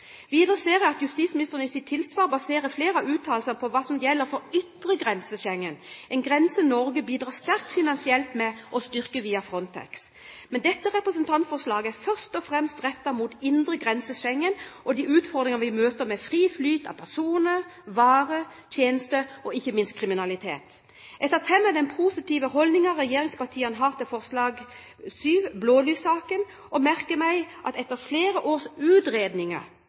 Videre ser jeg at justisministeren i sitt tilsvar baserer flere av uttalelsene på hva som gjelder for ytre grense Schengen, en grense Norge finansielt sett bidrar sterkt til å styrke via Frontex. Men dette representantforslaget er først og fremst rettet mot indre grense Schengen og de utfordringene vi møter med fri flyt av personer, varer og tjenester, og ikke minst av kriminalitet. Jeg tar til meg den positive holdningen regjeringspartiene har til forslag 7, blålyssaken, og merker meg at etter flere års utredninger